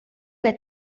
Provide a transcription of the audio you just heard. que